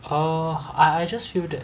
err I I just feel that